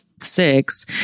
six